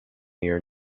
year